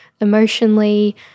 emotionally